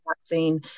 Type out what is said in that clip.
vaccine